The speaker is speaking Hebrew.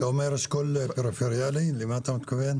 כשאתה אומר "אשכול פריפריאלי", למה אתה מתכוון?